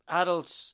adults